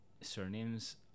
surnames